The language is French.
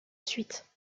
suite